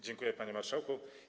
Dziękuję, panie marszałku.